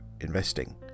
investing